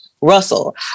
Russell